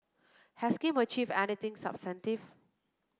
has Kim achieved anything substantive